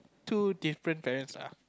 two different parents lah